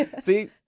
See